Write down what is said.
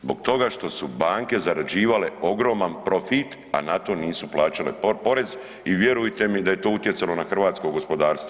Zbog toga što su banke zarađivale ogroman profit, a na to nisu plaćale porez i vjerujte mi da je to utjecalo na hrvatsko gospodarstvo.